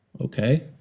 okay